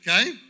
okay